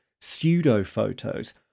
pseudo-photos